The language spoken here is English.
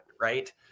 Right